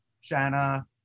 Shanna